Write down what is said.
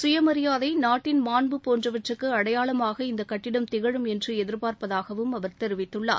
சுயமியாதை நாட்டின் மாண்பு போன்றவற்றுக்கு அடையாளமாக இந்த கட்டிடம் திகழும் என்று எதிர்பார்ப்பதாகவும் அவர் தெரிவித்துள்ளார்